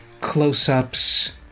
Close-ups